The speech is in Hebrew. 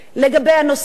לגבי הנושא,